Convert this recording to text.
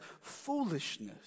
foolishness